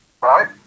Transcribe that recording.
Right